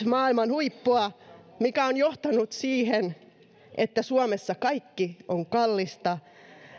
maailman huippua mikä on johtanut siihen että suomessa kaikki on kallista